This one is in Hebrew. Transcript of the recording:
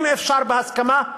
אם אפשר בהסכמה,